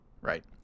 right